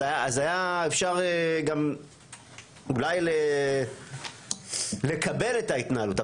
אז היה אפשר גם אולי לקבל את ההתנהלות,